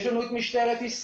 יש לנו את משטרת ישראל,